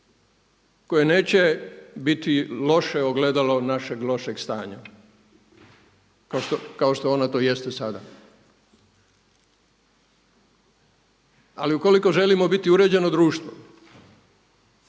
koje neće biti loše ogledalo našeg lošeg stanja kao što ona to jeste sada. Ali ukoliko želimo biti uređeno društvo,